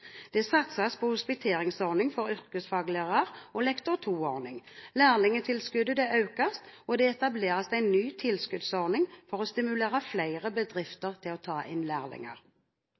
Det satses på en hospiteringsordning for yrkesfaglærere og lektor 2-ordning. Læringstilskuddet økes, og det etableres en ny tilskuddsordning for å stimulere flere bedrifter til å ta inn lærlinger.